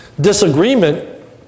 disagreement